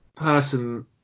person